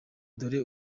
dore